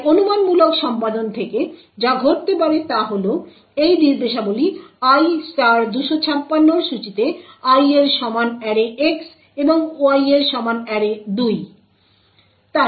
তাই অনুমানমূলক সম্পাদন থেকে যা ঘটতে পারে তা হল এই নির্দেশাবলী I 256 এর সূচীতে I সমান অ্যারে X এবং Y সমান অ্যারে 2